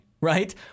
Right